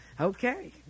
Okay